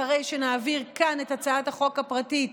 אחרי שנעביר כאן את הצעת החוק הפרטית